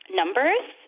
numbers